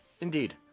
Indeed